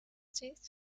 jess